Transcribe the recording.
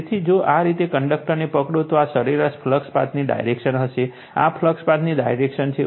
તેથી જો આ રીતે કંડક્ટરને પકડો તો આ સરેરાશ ફ્લક્સ પાથની ડાયરેક્શન હશે આ ફ્લક્સ પાથની ડાયરેક્શન છે